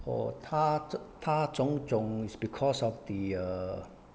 orh 她 她肿肿 is because of the err